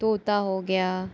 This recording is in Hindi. तोता हो गया